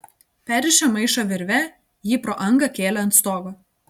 perrišę maišą virve jį pro angą kėlė ant stogo